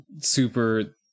super